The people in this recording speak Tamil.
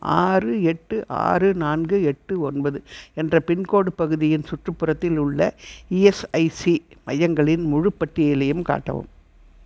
ஆறு எட்டு ஆறு நான்கு எட்டு ஒன்பது என்ற பின்கோடு பகுதியின் சுற்றுப்புறத்தில் உள்ள இஎஸ்ஐசி மையங்களின் முழுப் பட்டியலையும் காட்டவும்